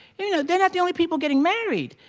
you know they're not the only people getting married.